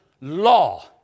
law